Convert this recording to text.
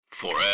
Forever